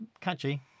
catchy